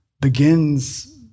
begins